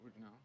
No